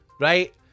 right